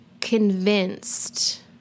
convinced